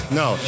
no